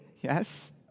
Yes